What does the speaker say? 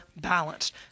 balanced